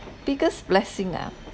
biggest blessing ah